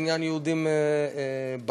בעניין יהודים בגולה.